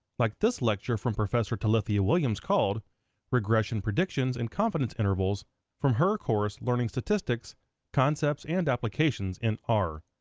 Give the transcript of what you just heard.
like this lecture from professor talithia williams called regression predictions and confidence intervals from her course learning statistics concepts and applications in r.